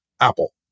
Apple